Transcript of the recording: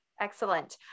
Excellent